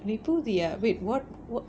they pull their weight [what]